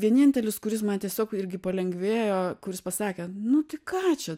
vienintelis kuris man tiesiog irgi palengvėjo kuris pasakė nu tai ką čia